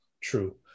True